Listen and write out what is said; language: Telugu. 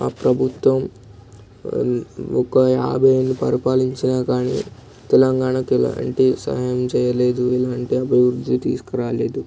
ప్రభుత్వం ఒక యాభై ఏళ్ళు పరిపాలించినా కానీ తెలంగాణకి ఎలాంటి సహాయం చేయలేదు ఎలాంటి అభివృద్ధి తీసుకురాలేదు